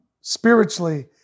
spiritually